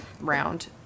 round